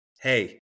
hey